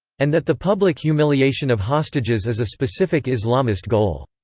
and that the public humiliation of hostages is a specific islamist goal.